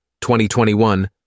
2021